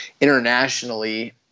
internationally